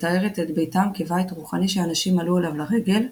מתארת את ביתם כבית רוחני שאנשים עלו אליו לרגל,